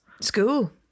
school